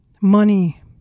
money